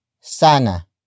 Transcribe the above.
Sana